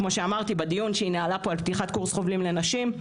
כמו שאמרתי בדיון שהיא ניהלה פה על פתיחת קורס חובלים לנשים,